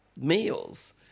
meals